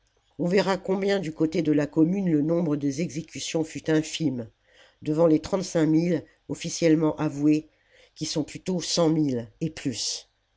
on verra combien du côté de la commune le nombre des exécutions fut infime devant les trente-cinq mille officiellement avoués qui sont plutôt cent mille et plus